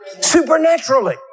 Supernaturally